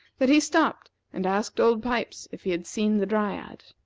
that he stopped and asked old pipes if he had seen the dryad.